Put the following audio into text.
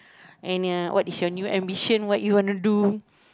and ya what is your new ambition what you wanna do